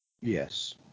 Yes